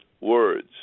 words